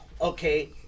okay